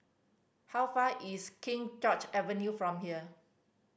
how far is King George Avenue from here